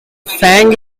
fang